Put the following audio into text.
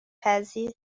پذیر